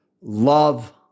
Love